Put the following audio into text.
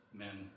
men